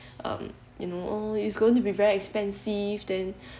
um you know it's going to be very expensive then